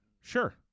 Sure